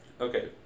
Okay